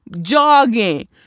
jogging